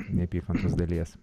neapykantos dalies